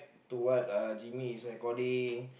to what uh Jimmy is recording